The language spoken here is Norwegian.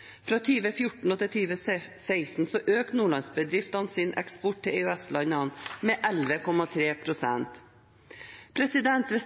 til EU. Fra 2014 til 2016 økte Nordlands-bedriftenes eksport til EØS-landene med 11,3 pst. Hvis